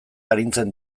arintzen